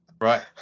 Right